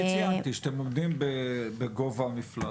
אני ציינתי שאתם עומדים בגובה המפלס.